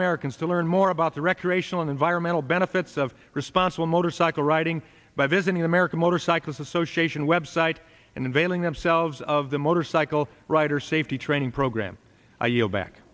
americans to learn more about the recreational and environmental benefits of responsible motorcycle riding by visiting american motorcyclists association website and availing themselves of the motorcycle rider safety training program i yield back